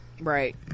Right